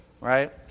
right